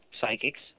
psychics